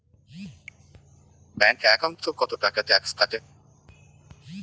Bank একাউন্টত কতো টাকা ট্যাক্স কাটে?